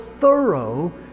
thorough